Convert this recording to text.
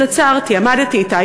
אז עצרתי, עמדתי אתה.